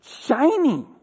shiny